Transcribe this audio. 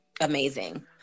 amazing